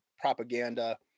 propaganda